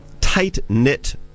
tight-knit